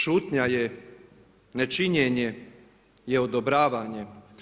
Šutnja ne nečinjenje, je odobravanje.